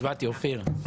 הצבעה הרביזיה לא אושרה.